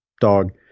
dog